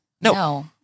no